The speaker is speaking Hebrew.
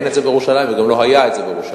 זה לא בירושלים וגם זה לא היה בירושלים.